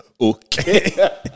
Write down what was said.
okay